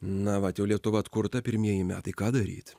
na vat jau lietuva atkurta pirmieji metai ką daryt